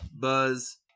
buzz